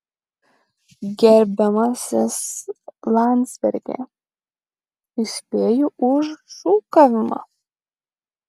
gerbiamasis landsbergi įspėju už šūkavimą